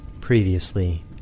Previously